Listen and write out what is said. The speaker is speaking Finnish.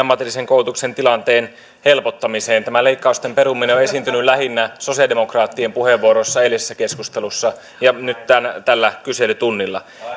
ammatillisen koulutuksen tilanteen helpottamiseen tämä leikkausten peruminen on esiintynyt lähinnä sosiaalidemokraattien puheenvuoroissa eilisessä keskustelussa ja nyt tällä kyselytunnilla